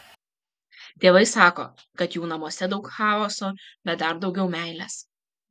tėvai sako kad jų namuose daug chaoso bet dar daugiau meilės